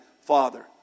Father